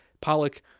pollock